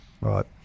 right